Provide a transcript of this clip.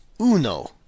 uno